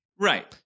Right